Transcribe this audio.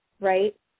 right